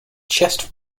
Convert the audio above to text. chest